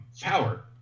power